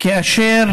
כאשר